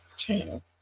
channel